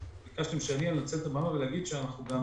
ביקשתם שאני אנצל את הבמה אז אגיד שאנחנו גם